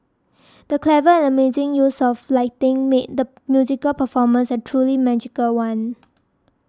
the clever and amazing use of lighting made the musical performance a truly magical one